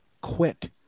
quit